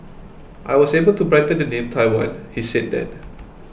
I was able to brighten the name Taiwan he said then